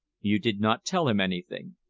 you did not tell him anything?